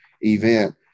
event